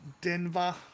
Denver